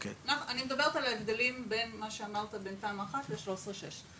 אני מדברת על ההבדלים בין מה שאמרת בין תמ"א1 ל-6/13.